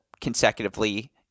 consecutively